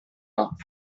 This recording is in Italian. app